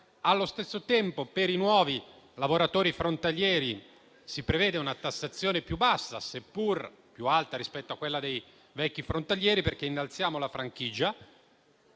Allo stesso tempo, per i nuovi lavoratori frontalieri si prevede una tassazione più bassa, seppur più alta rispetto a quella dei vecchi frontalieri, perché innalziamo la franchigia.